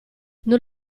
non